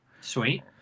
Sweet